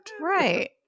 Right